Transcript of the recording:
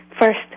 First